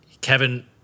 Kevin